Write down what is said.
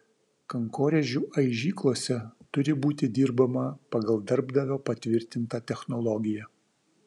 kankorėžių aižyklose turi būti dirbama pagal darbdavio patvirtintą technologiją